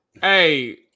Hey